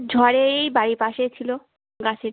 ঝড়ে এই বাড়ির পাশে ছিল গাছে